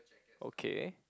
okay